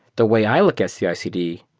the way i look at cicd,